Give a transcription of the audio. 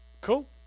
Cool